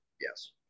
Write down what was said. Yes